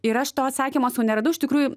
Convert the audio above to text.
ir aš to atsakymo sau neradau iš tikrųjų